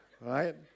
right